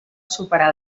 superar